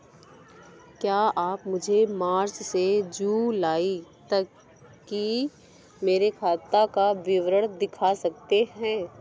क्या आप मुझे मार्च से जूलाई तक की मेरे खाता का विवरण दिखा सकते हैं?